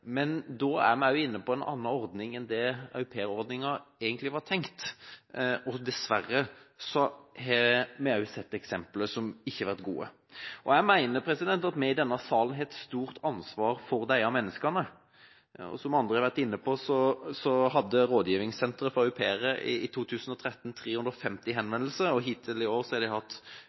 Da er vi også inne på en annen ordning enn slik aupairordningen egentlig var tenkt, og dessverre har vi sett eksempler som ikke har vært gode. Jeg mener at vi i denne salen har et stort ansvar for disse menneskene. Som andre har vært inne på, hadde rådgivningssenteret for au pairer 350 henvendelser i 2013, og hittil i år har de hatt